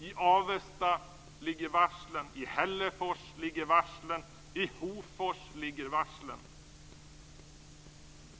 I Avesta ligger varslen. I Hällefors ligger varslen. I Hofors ligger varslen.